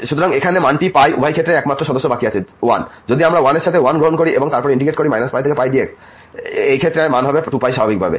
সুতরাং এখানে মানটি উভয় ক্ষেত্রেই একমাত্র সদস্য বাকি আছে 1 যদি আমরা 1 এর সাথে 1 গ্রহণ করি এবং তারপর ইন্টিগ্রেট করি -π থেকে π dx এই ক্ষেত্রে মান হবে 2π স্বাভাবিকভাবে